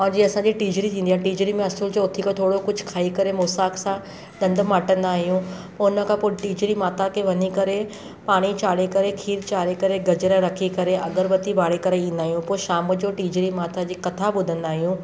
ऐं जींअ असांजी टीजड़ी थींदी आहे टीजड़ी में असुर जो उथी करे थोरो कुझु खाई करे मुसाक़ सां ॾंदु माटंदा आहियूं पोइ उनखां पोइ टीजड़ी माता ते वञी करे पाणी चाढ़े करे खीर चाढ़े करे गजर रखी करे अगरबती ॿारे करे ईंदा आहियूं पोइ शाम जो टीजड़ी माता जी कथा ॿुधंदा आहियूं